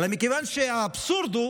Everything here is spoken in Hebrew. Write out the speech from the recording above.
אלא מכיוון שהאבסורד הוא